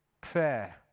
prayer